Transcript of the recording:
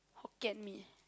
Hokkien-Mee